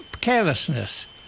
carelessness